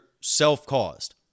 self-caused